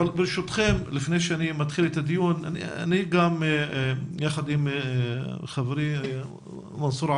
נפתח את הדיון בדברי חברי הכנסת הנוכחים כאן.